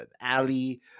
alley